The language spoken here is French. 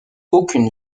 aucune